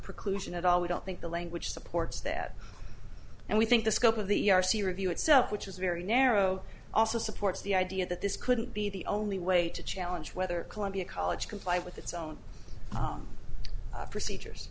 preclusion at all we don't think the language supports that and we think the scope of the r c review itself which is very narrow also supports the idea that this couldn't be the only way to challenge whether columbia college comply with its own procedures